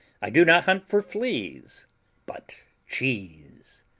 i do not hunt for fleas but cheese.